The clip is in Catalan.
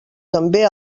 també